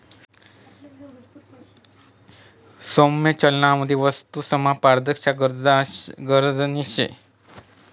सौम्य चलनवाढमझार वस्तूसमा पारदर्शकता गरजनी शे